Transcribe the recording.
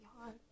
hard